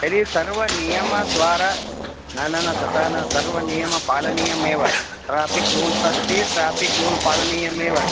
यदि सर्वं नियमद्वारा न न न तथा न सर्वं नियमं पालनीयमेव ट्रापिक् रूल्स् अस्ति ट्रापिक् रूल् पालनीयमेव